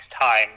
time